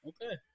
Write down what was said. Okay